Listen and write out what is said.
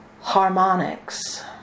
harmonics